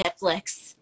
Netflix